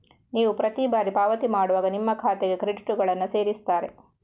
ನೀವು ಪ್ರತಿ ಬಾರಿ ಪಾವತಿ ಮಾಡುವಾಗ ನಿಮ್ಮ ಖಾತೆಗೆ ಕ್ರೆಡಿಟುಗಳನ್ನ ಸೇರಿಸ್ತಾರೆ